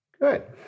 Good